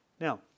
Now